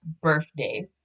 birthday